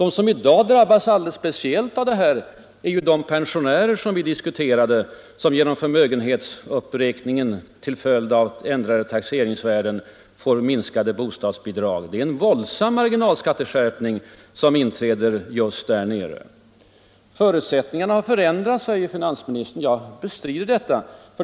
De som i dag drabbas alldeles speciellt är de pensionärer vi har diskuterat, som genom förmögenhetsuppräkningen till följd av ändrade taxeringsvärden får minskade bostadsbidrag. Det är en våldsam marginalskatteskärpning som träffar just dem. Förutsättningarna har förändrats, säger finansministern. Jag bestrider detta.